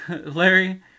larry